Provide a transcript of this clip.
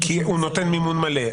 כי הוא נותן מימון מלא.